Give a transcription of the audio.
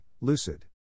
Lucid